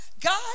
God